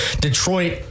Detroit